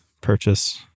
purchase